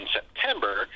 September